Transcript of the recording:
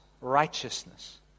righteousness